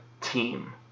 team